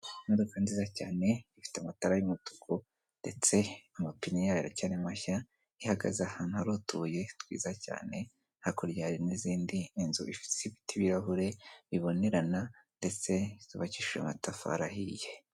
Imodoka nziza cyane ifite amatara y'umutuku ndetse amapine aracyari mashya, ihagaze ahantu hari utubuye twiza cyane hakurya hari n'izindi inzu zifite ibirahure bibonerana ndetse zubakishije amatafari ahiye.